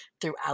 throughout